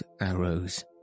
arrows